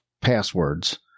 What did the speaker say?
passwords